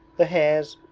the hares,